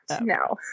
No